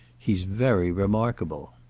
he's very remarkable.